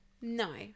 no